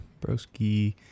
Brosky